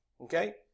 Okay